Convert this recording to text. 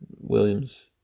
Williams